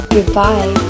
Goodbye